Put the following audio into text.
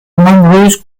nombreuses